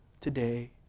today